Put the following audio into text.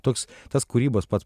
toks tas kūrybos pats